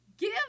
Give